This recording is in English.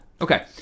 Okay